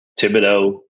Thibodeau